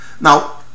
Now